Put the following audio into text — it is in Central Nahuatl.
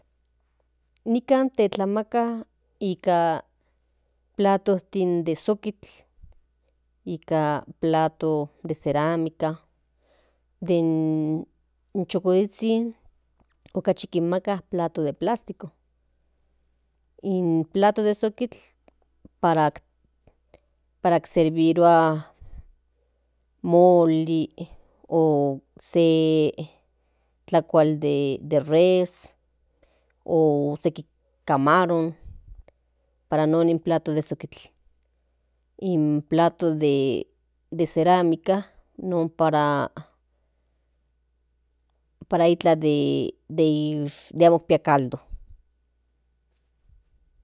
Nikan kintlamaka nikan plato de sukitl nika palto de cerámica den chukozhizhin nika plato de plástico in plato de sukitl para servirua moli o para se tlakual de de res o seki camaron para in non in plato de sukitl in plato de cerámica non para iklan den amo ikpia caldo.